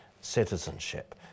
citizenship